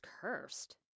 cursed